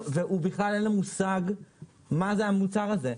ובכלל אין לו מושג מה המוצר הזה.